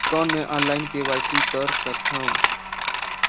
कौन मैं online KYC कर सकथव?